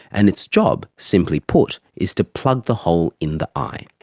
and its job, simply put, is to plug the whole in the eye.